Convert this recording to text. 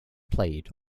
played